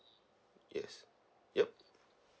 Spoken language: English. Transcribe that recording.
yes yup